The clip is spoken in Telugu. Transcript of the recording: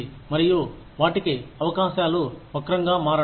మరియు వాటికి అవకాశాలు వక్రంగా మారడం